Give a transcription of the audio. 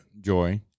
joy